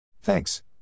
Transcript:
Thanks